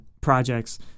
projects